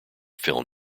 film